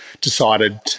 decided